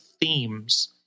themes